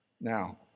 Now